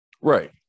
Right